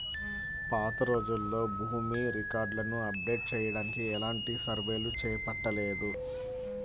పాతరోజుల్లో భూమి రికార్డులను అప్డేట్ చెయ్యడానికి ఎలాంటి సర్వేలు చేపట్టలేదు